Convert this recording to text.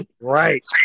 Right